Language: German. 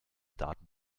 daten